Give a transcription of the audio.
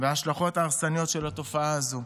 וההשלכות ההרסניות של התופעה הזו.